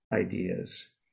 ideas